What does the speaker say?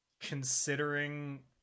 considering